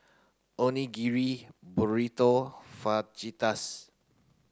Onigiri Burrito Fajitas